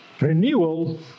renewal